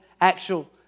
actual